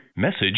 Message